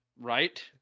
Right